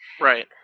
Right